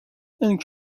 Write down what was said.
and